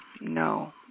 no